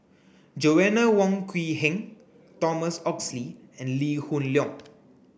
Joanna Wong Quee Heng Thomas Oxley and Lee Hoon Leong